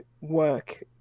work